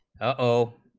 o